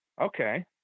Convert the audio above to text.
Okay